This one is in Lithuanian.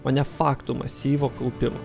o ne faktų masyvo kaupimas